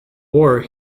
war